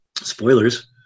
Spoilers